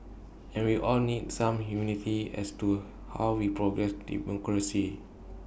and we all need some humility as to how we progress democracy